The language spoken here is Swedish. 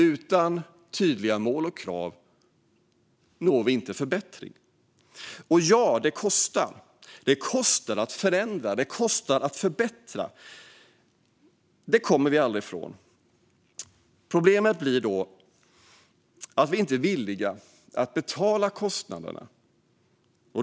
Utan tydliga mål och krav når vi inte förbättring. Och ja, det kostar att förändra och förbättra. Det kommer vi aldrig ifrån. Problemet blir då att vi inte är villiga att betala kostnaderna.